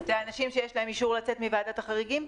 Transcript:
אלה אנשים שיש להם אישור לצאת מוועדת החריגים?